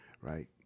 right